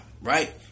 Right